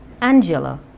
Angela